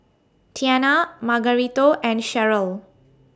Tianna Margarito and Sheryll